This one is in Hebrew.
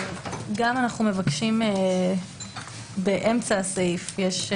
גם אנחנו מבקשים באמצע הסעיף יש: